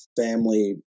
family